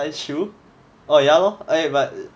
buy shoe oh ya lor eh but